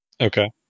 okay